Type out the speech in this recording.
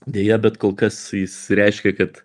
deja bet kol kas jis reiškia kad